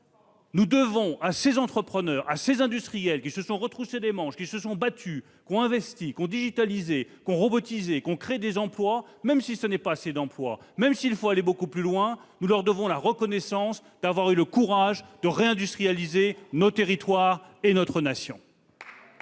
nos territoires. À ces entrepreneurs, à ces industriels, qui se sont retroussé les manches, qui se sont battus, qui ont investi, digitalisé, robotisé, créé des emplois, même si ce n'est pas assez et s'il faut aller beaucoup plus loin, nous devons la reconnaissance d'avoir eu le courage de réindustrialiser nos territoires et notre nation.